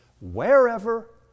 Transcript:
wherever